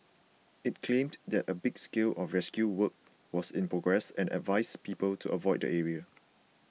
it claimed that a big scale of rescue work was in progress and advised people to avoid the area